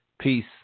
Peace